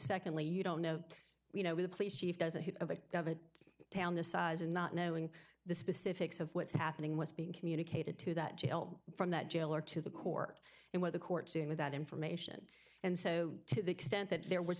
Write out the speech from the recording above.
secondly you don't know you know the police chief doesn't of a town this size and not knowing the specifics of what's happening what's being communicated to that jail from that jail or to the court and what the court saying with that information and so to the extent that there was